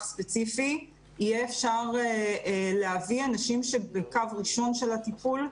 ספציפי יהיה אפשר להביא אנשים ש בקו ראשון של הטיפול.